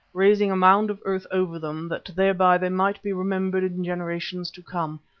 raising a mound of earth over them that thereby they might be remembered generations to come,